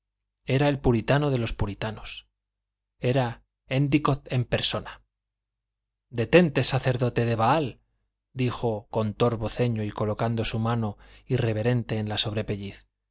era el puritano de los puritanos era éndicott en persona detente sacerdote de baal dijo con torvo ceño y colocando su mano irreverente en la